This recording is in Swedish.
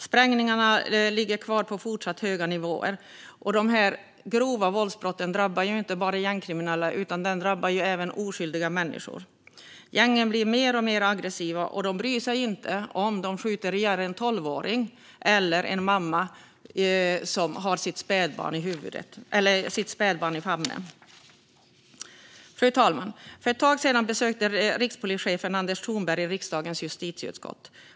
Sprängningarna ligger kvar på fortsatt höga nivåer. Dessa grova våldsbrott drabbar inte bara gängkriminella utan även oskyldiga människor. Gängen blir mer och mer aggressiva, och de bryr sig inte om de skjuter ihjäl en tolvåring eller en mamma som har sitt spädbarn i famnen. Fru talman! För ett tag sedan besökte rikspolischefen Anders Thornberg riksdagens justitieutskott.